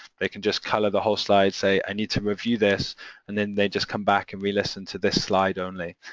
they can just colour the whole slide, say, i need to review this and then they just come back and re-listen re-listen to this slide only.